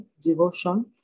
devotion